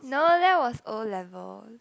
no that was O level